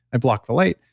i blocked the light.